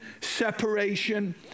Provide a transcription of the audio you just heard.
separation